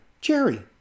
Jerry